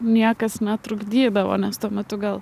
niekas netrukdydavo nes tuo metu gal